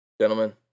gentlemen